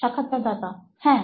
সাক্ষাৎকারদাতা হ্যাঁ